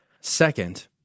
Second